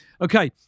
Okay